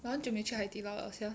我很久没去 Hai-Di-Lao 了 sia